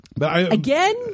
again